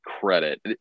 credit